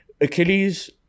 Achilles